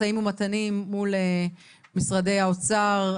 משאים ומתנים מול משרדי האוצר,